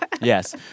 Yes